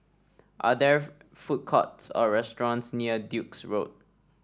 are there food courts or restaurants near Duke's Road